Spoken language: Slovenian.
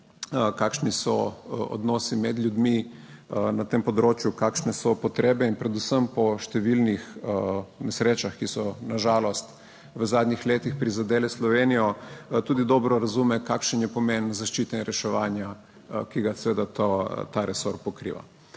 kakšni so odnosi med ljudmi na tem področju, kakšne so potrebe, in predvsem po številnih nesrečah, ki so na žalost v zadnjih letih prizadele Slovenijo, tudi dobro razume, kakšen je pomen zaščite in reševanja, ki ga seveda ta resor pokriva.